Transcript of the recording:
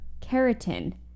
keratin